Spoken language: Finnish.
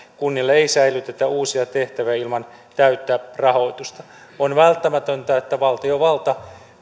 kunnille ei sälytetä uusia tehtäviä ilman täyttä rahoitusta on välttämätöntä että valtiovalta